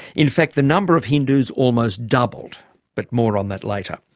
in fact the number of hindus almost doubled but more on that later.